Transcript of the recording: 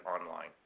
online